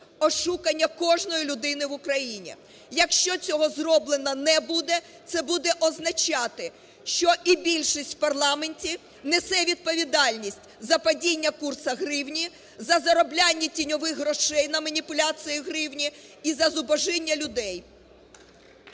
ошукання кожної людини в Україні. Якщо цього зроблено не буде, це буде означати, що і більшість у парламенті несе відповідальність за падіння курсу гривні, за заробляння тіньових грошей на маніпуляції гривні і за зубожіння людей.